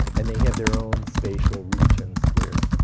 and they have their own spatial regions where